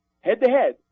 head-to-head